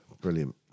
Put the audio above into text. brilliant